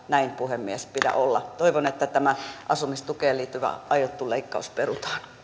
näin puhemies pidä olla toivon että tämä asumistukeen liittyvä aiottu leikkaus perutaan